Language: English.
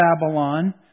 Babylon